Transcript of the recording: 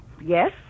yes